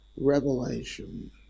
Revelation